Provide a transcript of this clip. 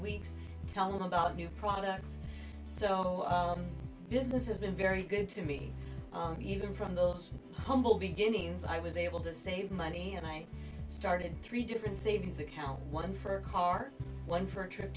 weeks tell me about new products so business has been very good to me even from those humble beginnings i was able to save money and i started three different savings account one for car one for a trip